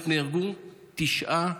נהרגו תשעה